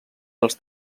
dels